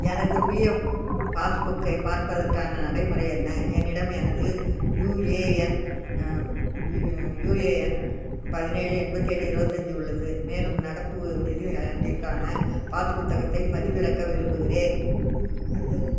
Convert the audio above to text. எனது PF pass புக்கைப் பார்ப்பதற்கான நடைமுறை என்ன என்னிடம் எனது யுஏஎன் யுஏ யுஏஎன் பதினேழு எண்பத்தேழு இருவத்தஞ்சு உள்ளது மேலும் நடப்பு நிதி ஆண்டிற்கான பாஸ் புத்தகத்தைப் பதிவிறக்க விரும்புகிறேன் அடுத்தது